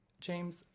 James